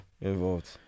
involved